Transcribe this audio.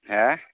हा